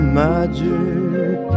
magic